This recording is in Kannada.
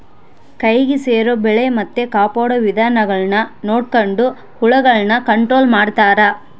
ಕೈಗೆ ಸೇರೊ ಬೆಳೆ ಮತ್ತೆ ಕಾಪಾಡೊ ವಿಧಾನಗುಳ್ನ ನೊಡಕೊಂಡು ಹುಳಗುಳ್ನ ಕಂಟ್ರೊಲು ಮಾಡ್ತಾರಾ